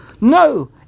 No